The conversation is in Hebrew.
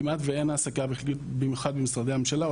כמעט ואין העסקה בחלקיות משרה במיוחד במשרדי הממשלה.